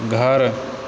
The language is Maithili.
घर